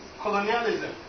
colonialism